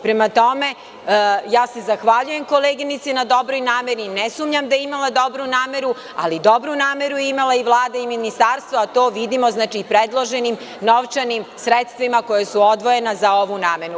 Prema tome, ja se zahvaljujem koleginici na dobroj nameri, ne sumnjam da je imala dobru nameru, ali dobru nameru je imala i Vlada i Ministarstvo a to vidimo predloženim novčanim sredstvima koja su odvojena za ovu namenu.